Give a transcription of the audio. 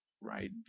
right